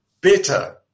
better